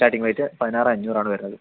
starting rate പതിനാറ് അഞ്ഞൂറാണ് വരണത്